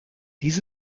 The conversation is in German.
dies